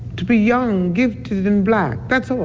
to be young, gifted and black that's